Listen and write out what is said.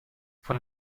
von